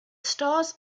stars